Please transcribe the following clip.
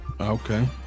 Okay